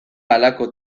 halako